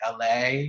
LA